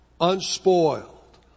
unspoiled